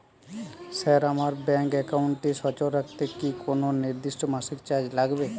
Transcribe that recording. Sir আমার bank একাউন্টটি সচল রাখতে কি কোনো নির্দিষ্ট মাসিক চার্জ লাগবে?